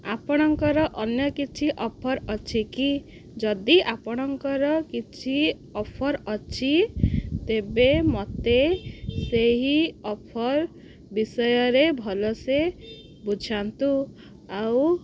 ଆପଣଙ୍କର ଅନ୍ୟ କିଛି ଅଫର୍ ଅଛି କି ଯଦି ଆପଣଙ୍କର କିଛି ଅଫର୍ ଅଛି ତେବେ ମୋତେ ସେହି ଅଫର୍ ବିଷୟରେ ଭଲସେ ବୁଝାନ୍ତୁ ଆଉ